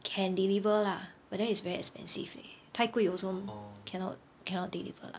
can deliver lah but then it's very expensive eh 太贵 also cannot cannot delivery lah